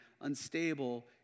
unstable